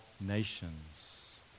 nations